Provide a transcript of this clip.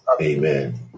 Amen